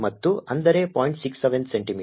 67 centimetre